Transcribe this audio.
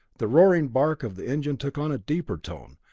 the roaring bark of the engine took on a deeper tone,